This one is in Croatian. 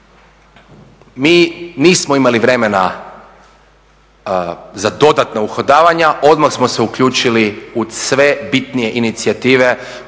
mi nismo imali vremena za dodatna uhodavanja odmah smo se uključili u sve bitnije inicijative